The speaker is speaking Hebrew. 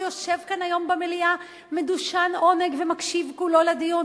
שיושב כאן היום במליאה מדושן עונג ומקשיב כולו לדיון.